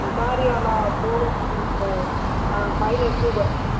ఈసారి అలా పోగొట్టుకుంటే ఫైన్ ఎక్కువ పడుద్ది